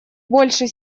большей